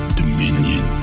dominion